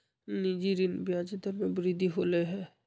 निजी ऋण के ब्याज दर में वृद्धि होलय है